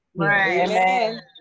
Amen